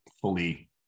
fully